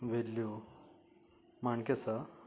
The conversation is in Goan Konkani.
वेल्ल्यो माणक्यो आसा